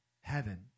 heaven